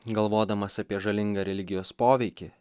galvodamas apie žalingą religijos poveikį